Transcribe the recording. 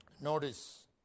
notice